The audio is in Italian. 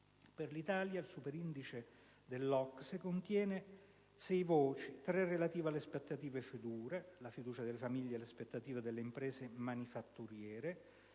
Per l'Italia, il superindice dell'OCSE contiene sei voci: tre relative alle aspettative future (tra cui la fiducia delle famiglie e le aspettative delle imprese manifatturiere),